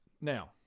now